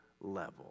level